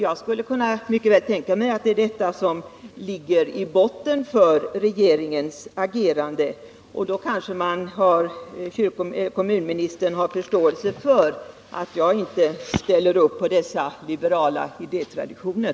Jag skulle mycket väl kunna tänka mig att det är detta som ligger i botten för regeringens agerande, och då kanske kommunministern har förståelse för att jag inte heller ställer upp på dessa liberala idétraditioner.